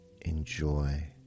enjoy